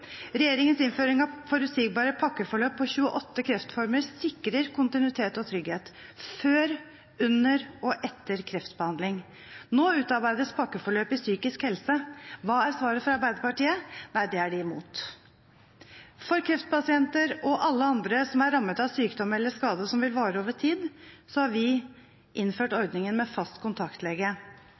Regjeringens innføring av forutsigbare pakkeforløp for 28 kreftformer sikrer kontinuitet og trygghet før, under og etter kreftbehandling. Nå utarbeides pakkeforløp i psykisk helse. Hva er svaret fra Arbeiderpartiet? – Nei, det er de imot. For kreftpasienter og alle andre som er rammet av sykdom eller skade som vil vare over tid, har vi innført ordningen med fast kontaktlege.